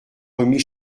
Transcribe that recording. remis